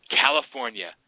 California